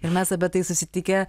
ir mes apie tai susitikę